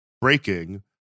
Breaking